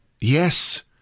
Yes